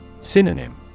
Synonym